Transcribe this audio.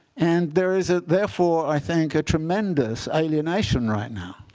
and there is, ah therefore, i think, a tremendous alienation right now